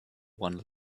one